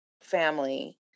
family